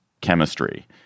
chemistry